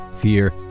Fear